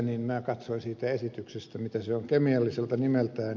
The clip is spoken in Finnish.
minä katsoin siitä esityksestä mikä se on kemialliselta nimeltään